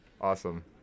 Awesome